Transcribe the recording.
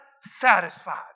Satisfied